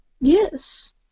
Yes